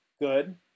good